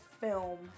film